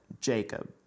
Jacob